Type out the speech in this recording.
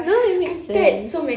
no it makes sense